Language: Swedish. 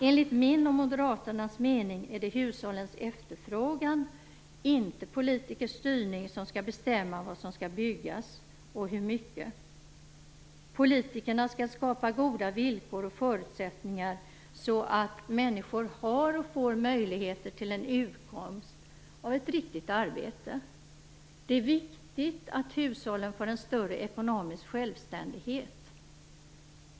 Enligt min och moderaternas mening är det hushållens efterfrågan - inte politikers styrning - som skall bestämma vad som skall byggas och hur mycket. Politikerna skall skapa goda villkor och förutsättningar så att människor har och får möjligheter till en utkomst av ett riktigt arbete. Det är viktigt att hushållen får en större ekonomisk självständighet.